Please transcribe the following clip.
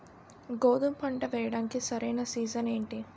గోధుమపంట వేయడానికి సరైన సీజన్ ఏంటి?